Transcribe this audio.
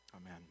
Amen